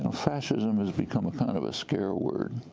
ah fascism has become a kind of a scare word.